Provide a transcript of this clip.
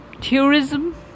tourism